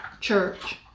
church